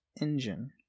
engine